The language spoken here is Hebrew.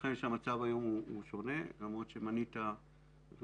ויתכן שהמצב היום הוא שונה למרות שמנית אדוני